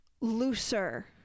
looser